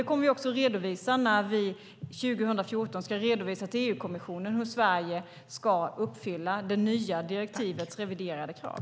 Det kommer vi också att redovisa när vi 2014 ska redovisa till EU-kommissionen hur Sverige ska uppfylla det nya direktivets reviderade krav.